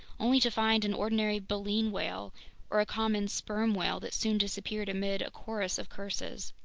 only to find an ordinary baleen whale or a common sperm whale that soon disappeared amid a chorus of curses!